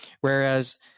Whereas